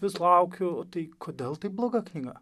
vis laukiu o tai kodėl tai bloga knyga